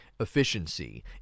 Efficiency